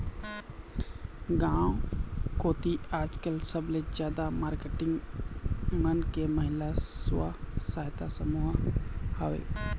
गांव कोती आजकल सबले जादा मारकेटिंग मन के महिला स्व सहायता समूह हवय